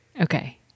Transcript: Okay